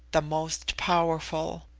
the most powerful.